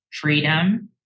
Freedom